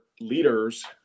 leaders